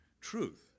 truth